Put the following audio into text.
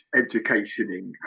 educationing